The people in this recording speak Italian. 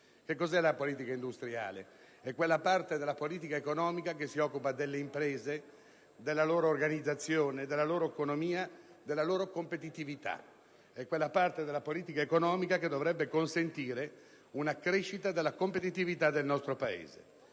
che cos'è la politica industriale? È quella parte della politica economica che si occupa delle imprese, della loro organizzazione, della loro economia e della loro competitività: è quella parte della politica economica che dovrebbe consentire una crescita della competitività del nostro Paese.